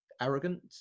arrogant